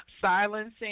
silencing